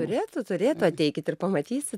turėtų turėtų ateikit ir pamatysit